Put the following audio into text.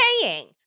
paying